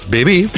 Baby